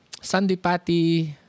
Sandipati